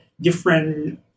different